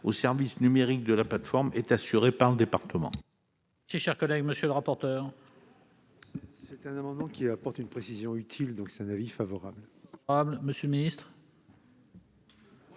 au service numérique de la plateforme est assuré par le département.